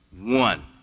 one